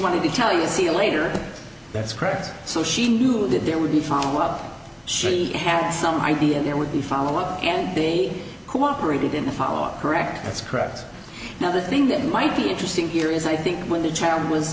wanted to tell you see you later that's correct so she knew that there would be found out she had some idea there would be follow up and the cooperated in the follow up correct that's correct another thing that might be interesting here is i think when the child was